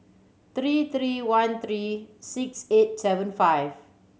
three three one three six eight seven five